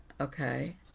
Okay